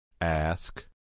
Ask